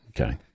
Okay